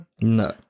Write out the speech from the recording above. No